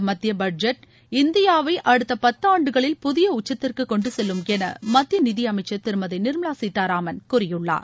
கொண்டமத்தியபட்ஜெட் இந்தியாவைஅடுத்தபத்தாண்டுகளில் புதியஉச்சத்திற்குகொண்டுசெல்லும் எனமத்தியநிதியமைச்சர் திருமதிநிர்மலாசீத்தாராமன் கூறியுள்ளார்